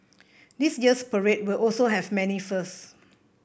this year's parade will also have many firsts